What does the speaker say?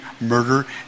murder